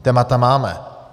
Témata máme.